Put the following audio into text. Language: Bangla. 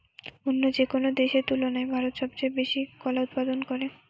অন্য যেকোনো দেশের তুলনায় ভারত সবচেয়ে বেশি কলা উৎপাদন করে